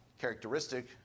Characteristic